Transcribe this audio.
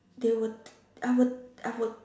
they would I would I would